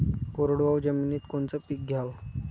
कोरडवाहू जमिनीत कोनचं पीक घ्याव?